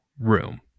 room